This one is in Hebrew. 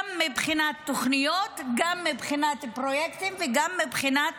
גם מבחינת תוכניות, גם מבחינת פרויקטים וגם מבחינת